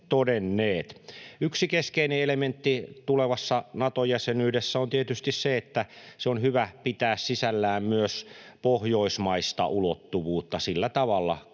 Yksi keskeinen elementti tulevassa Nato-jäsenyydessä on tietysti se, että sen on hyvä pitää sisällään myös pohjoismaista ulottuvuutta sillä tavalla,